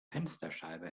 fensterscheibe